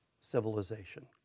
civilization